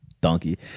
Donkey